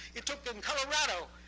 it took them in colorado,